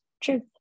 truth